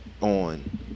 on